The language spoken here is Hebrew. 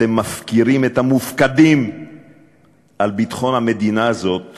אתם מפקירים את המופקדים על ביטחון המדינה הזאת